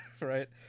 Right